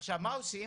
עכשיו מה עושים?